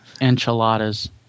enchiladas